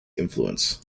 influence